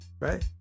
right